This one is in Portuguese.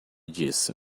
disso